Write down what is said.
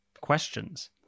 questions